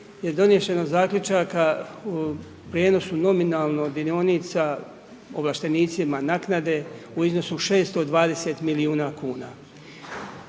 je doneseno zaključaka u prijenosu nominalnog milijuna sa ovlaštenicima naknade u iznosu 620 milijuna kuna.